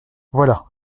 voilà